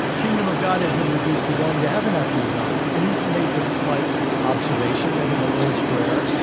kingdom of god had been reduced to going to heaven after you die and he made this slight observation that, in the lord's prayer,